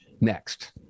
next